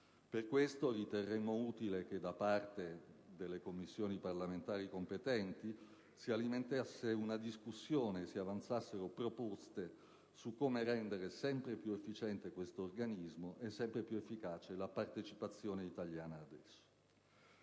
Per questo, riterremmo utile che, da parte delle Commissioni parlamentari competenti, si alimentasse una discussione e si avanzassero proposte su come rendere sempre più efficiente tale organismo, e sempre più efficace la partecipazione italiana ad esso.